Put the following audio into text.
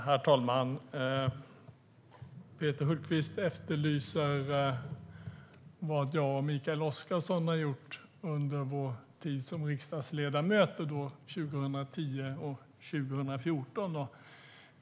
Herr talman! Peter Hultqvist efterlyser vad jag och Mikael Oscarsson har gjort under vår tid som riksdagsledamöter 2010 och 2014.